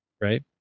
right